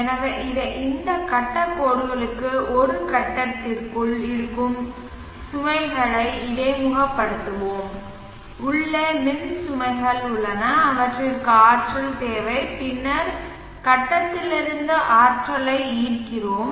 எனவே இவை இந்த கட்டக் கோடுகளுக்கு ஒரு கட்டிடத்திற்குள் இருக்கும் சுமைகளை இடைமுகப்படுத்துவோம் உள்ளே மின் சுமைகள் உள்ளன அவற்றுக்கு சக்தி தேவை பின்னர் கட்டத்திலிருந்து சக்தியை ஈர்க்கிறோம்